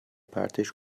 پرتش